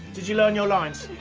did you learn your lines?